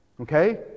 Okay